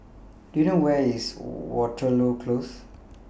Do YOU know Where IS Waterloo Close